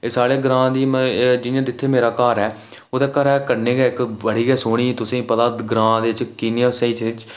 एह् साढ़े ग्रांऽ दी जित्थै मेरा घर ऐ ओह्दे घरै दा कन्नै इक बड़ी गै सोह्नी तुसें गी पता ग्रांऽ बिच कियां स्हेई स्हेई